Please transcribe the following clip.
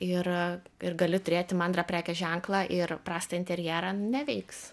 ir ir gali turėti mandrą prekės ženklą ir prastą interjerą neveiks